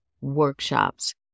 workshops